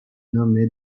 nommé